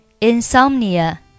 Insomnia